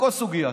בכל סוגיה.